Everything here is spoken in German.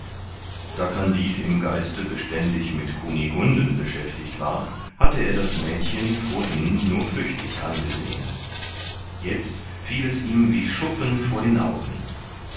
da kandid im geiste beständig mit kunigunden beschäftigt war hatte er das mädchen vorhin nur flüchtig angesehen jetzt fiel es ihm wie schuppen vor den augen